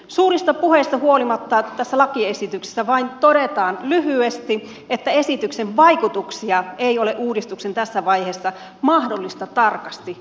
suurista puheista huolimatta tässä lakiesityksessä vain todetaan lyhyesti että esityksen vaikutuksia ei ole uudistuksen tässä vaiheessa mahdollista tarkasti arvioida